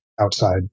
outside